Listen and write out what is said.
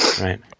Right